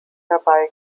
dabei